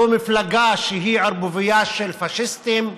זו מפלגה שהיא ערבוביה של פאשיסטים,